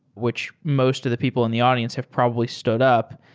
which most of the people in the audience have probably stood up.